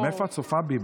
מאיפה את צופה בי?